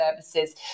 services